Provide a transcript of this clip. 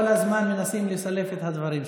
כל הזמן מנסים לסלף את הדברים שלי.